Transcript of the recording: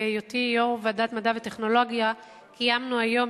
בהיותי יו"ר ועדת המדע והטכנולוגיה קיימנו היום,